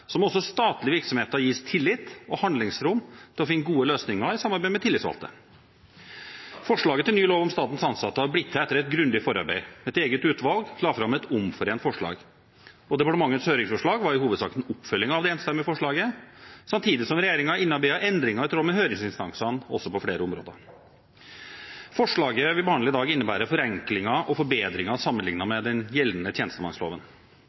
som andre virksomheter i samfunnet må også statlige virksomheter gis tillit og handlingsrom til å finne gode løsninger i samarbeid med tillitsvalgte. Forslaget til ny lov om statens ansatte har blitt til etter et grundig forarbeid. Et eget utvalg la fram et omforent forslag. Departementets høringsforslag var i hovedsak en oppfølging av det enstemmige forslaget samtidig som regjeringen innarbeidet endringer i tråd med høringsinstansene også på flere områder. Forslaget vi behandler i dag, innebærer forenklinger og forbedringer sammenlignet med den gjeldende tjenestemannsloven.